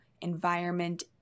environment